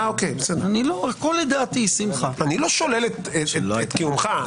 הכול לדעתי, שמחה.